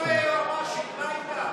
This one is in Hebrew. תפקוד היועמ"שית,